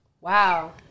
Wow